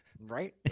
Right